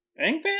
Angband